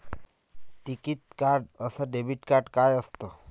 टिकीत कार्ड अस debit card काय असत?